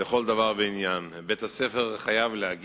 יריב לוין שאל את שר החינוך ביום י"ט באייר תשס"ט (13 במאי